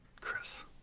Chris